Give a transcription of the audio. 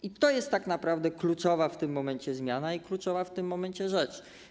I to jest tak naprawdę kluczowa w tym momencie zmiana i kluczowa w tym momencie rzecz.